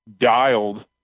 dialed